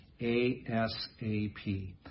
ASAP